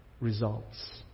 results